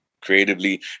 creatively